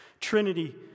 Trinity